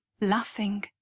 laughing